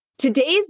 Today's